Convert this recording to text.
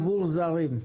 עבור זרים.